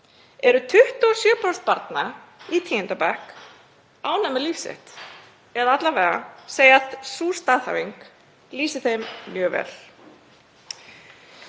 eru 27% barna í 10. bekk ánægð með líf sitt eða alla vega segja að sú staðhæfing lýsi þeim mjög vel.